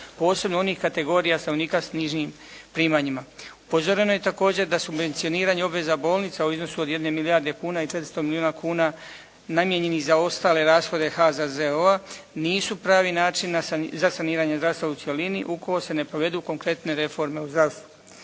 posebno onih kategorija stanovnika s nižim primanjima. Upozoreno je također da subvencioniranje obveza bolnica u iznosu od jedne milijarde kuna i 400 milijuna kuna namijenjenih za ostale rashode HZZO-a nisu pravi način za saniranje zdravstva u cjelini ukoliko se ne provedu konkretne reforme u zdravstvu.